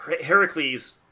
Heracles